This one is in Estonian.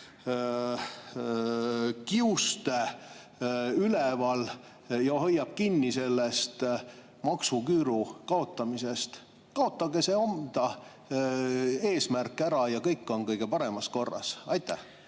kiuste kinni sellest maksuküüru kaotamisest? Kaotage see eesmärk ära ja kõik on kõige paremas korras. Aitäh!